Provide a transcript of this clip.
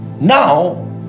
now